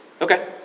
Okay